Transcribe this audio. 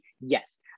yes